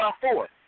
four